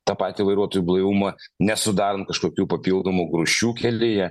tą patį vairuotojų blaivumą nesudarant kažkokių papildomų grūsčių kelyje